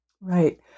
Right